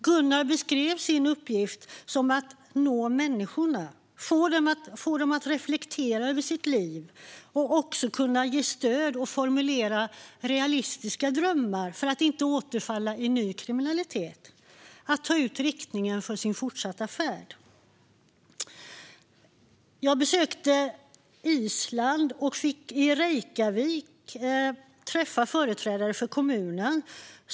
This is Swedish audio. Gunnar beskrev sin uppgift som att nå människorna, få dem att reflektera över sitt liv och också kunna ge dem stöd att formulera realistiska drömmar för att inte återfalla i ny kriminalitet och att ta ut riktningen för sin fortsatta färd. Jag besökte Island och fick i Reykjavik träffa företrädare för kommunen.